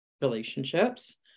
relationships